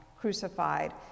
crucified